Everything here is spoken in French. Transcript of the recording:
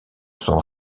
sont